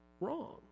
wrong